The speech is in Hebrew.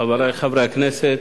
חברי חברי הכנסת,